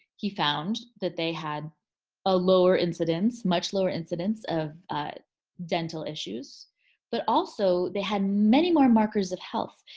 he found that they had a lower incidence much lower incidence of dental issues but also they had many more markers of health.